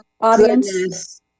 audience